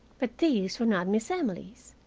but these were not miss emily's.